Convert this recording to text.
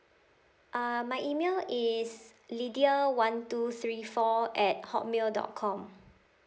uh my email is lydia one two three four at hotmail dot com